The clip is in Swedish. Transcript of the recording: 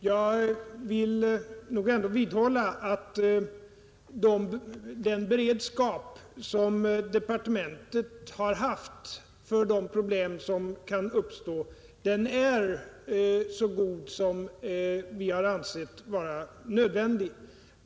Herr talman! Jag vill nog ändå vidhålla att departementet har haft den beredskap för de problem som kan uppstå som departementet har ansett nödvändig.